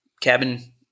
Cabin